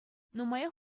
нумаях